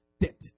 debt